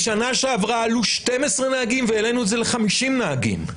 בשנה שעברה עלו 12 נהגים והעלינו את זה ל-50 נהגים,